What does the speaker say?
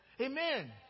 Amen